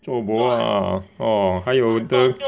做 bo lah orh 还有些